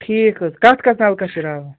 ٹھیٖک حظ کَتھ کَتھ نَلکَس چھِ راوان